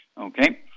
Okay